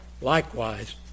likewise